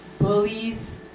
bullies